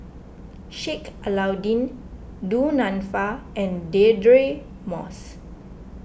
Sheik Alau'ddin Du Nanfa and Deirdre Moss